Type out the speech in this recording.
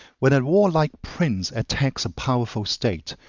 when a warlike prince attacks a powerful state,